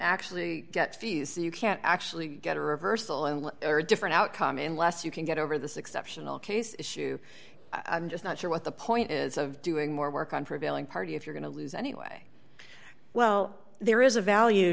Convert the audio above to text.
actually get fees that you can't actually get a reversal in or a different outcome in less you can get over this exceptional case issue i'm just not sure what the point is of doing more work on prevailing party if you're going to lose anyway well there is a value